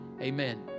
amen